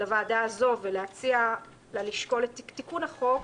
לוועדה הזאת ולהציע לה לשקול את תיקון החוק